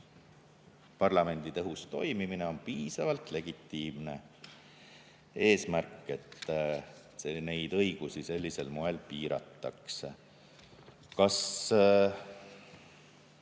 parlamendi tõhus toimimine on piisavalt legitiimne eesmärk, et neid õigusi sellisel moel piirata. Kas